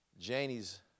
Janie's